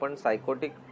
psychotic